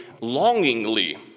longingly